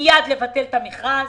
מיד לבטל את המכרז.